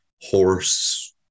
horse